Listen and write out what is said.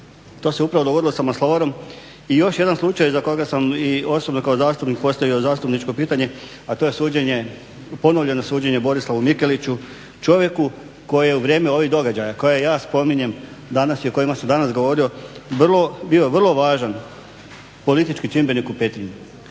To se upravo dogodilo sa Maslovarom. I još jedan slučaj za koga sam i osobno kao zastupnik postavio zastupničko pitanje, a to je ponovljeno suđenje Borislavu Mikeliću, čovjeku koji je u vrijeme ovih događaja koje ja spominjem i o kojima sam danas govorio bio vrlo važan politički čimbenik u Petrinji.